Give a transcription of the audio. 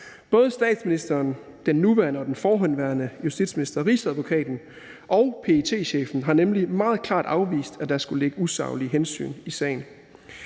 Både statsministeren, den nuværende og den forhenværende justitsminister, Rigsadvokaten og PET-chefen har nemlig meget klart afvist, at der skulle ligge usaglige hensyn i sagen,